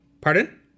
Pardon